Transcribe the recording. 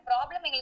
problem